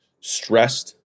stressed